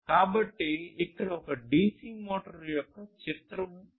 కాబట్టి ఇక్కడ ఒక డిసి మోటర్ యొక్క చిత్రం ఉంది